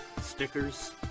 stickers